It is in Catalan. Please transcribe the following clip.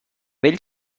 vell